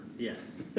Yes